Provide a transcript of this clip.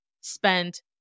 spent